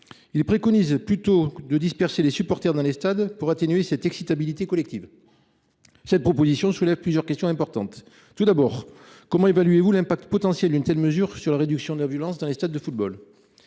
Il préconise plutôt de disperser les supporters dans les stades pour atténuer cette excitabilité collective. Cette proposition soulève plusieurs questions importantes. Tout d’abord, comment évaluez vous l’impact potentiel d’une telle mesure sur la réduction de la violence dans les stades de football ?